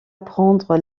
apprendre